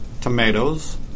tomatoes